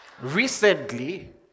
recently